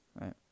right